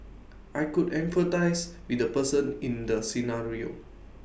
I could empathise with the person in the scenario